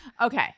Okay